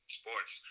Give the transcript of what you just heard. sports